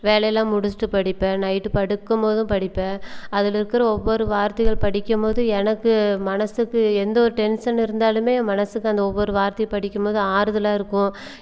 வேலையெல்லாம் முடிச்சுட்டு படிப்பேன் நைட்டு படுக்கும் போதும் படிப்பேன் அதிலிருக்கிற ஒவ்வொரு வார்த்தைகள் படிக்கும் போது எனக்கு மனசுக்கு எந்த ஒரு டென்ஷன் இருந்தாலும் மனசுக்கு அந்த ஒவ்வொரு வார்த்தையும் படிக்கும் போது ஆறுதலாக இருக்கும்